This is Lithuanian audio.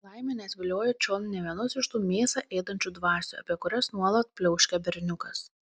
laimė neatviliojo čion nė vienos iš tų mėsą ėdančių dvasių apie kurias nuolat pliauškia berniukas